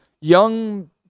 young